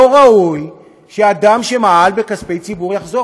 לא ראוי שאדם שמעל בכספי ציבור יחזור.